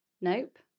Nope